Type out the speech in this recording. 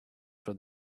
for